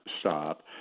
stop